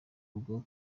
rwo